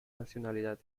nacionalidades